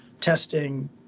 testing